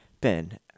Ben